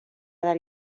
del